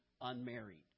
unmarried